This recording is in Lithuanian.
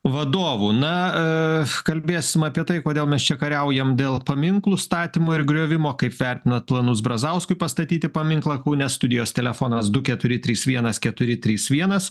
vadovų na kalbėsim apie tai kodėl mes čia kariaujam dėl paminklų statymo ir griovimo kaip vertinat planus brazauskui pastatyti paminklą kaune studijos telefonas du keturi trys vienas keturi trys vienas